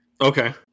okay